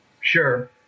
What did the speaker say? Sure